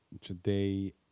today